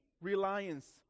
reliance